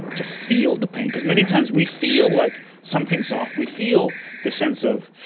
to feel the pain, because many times we feel like something's off. we feel the sense of,